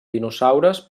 dinosaures